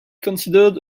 considered